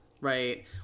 right